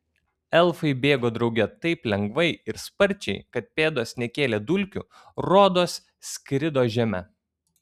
elfai bėgo drauge taip lengvai ir sparčiai kad pėdos nekėlė dulkių rodos skrido žeme